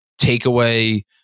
takeaway